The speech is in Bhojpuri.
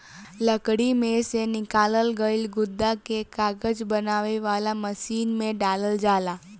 लकड़ी में से निकालल गईल गुदा के कागज बनावे वाला मशीन में डालल जाला